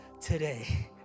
today